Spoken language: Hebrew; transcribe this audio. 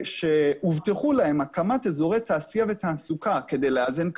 שהובטחו להן הקמת אזורי תעשייה ותעסוקה כדי לאזן,